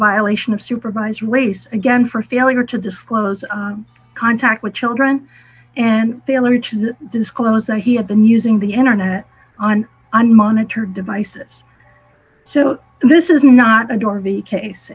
violation of supervise race again for failure to disclose contact with children and failure to disclose that he had been using the internet on unmonitored devices so this is not a do or b case